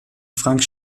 frank